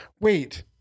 wait